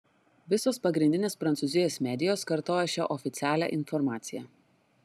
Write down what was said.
visos pagrindinės prancūzijos medijos kartojo šią oficialią informaciją